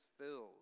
filled